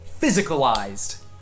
physicalized